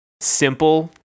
simple